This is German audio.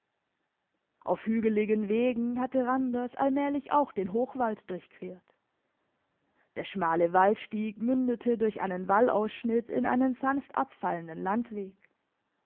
auf hügeligen wegen hatte randers allmählich auch den hochwald durchquert der schmale waldstieg mündete durch einen wallausschnitt in einen sanftabfallenden landweg